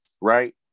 right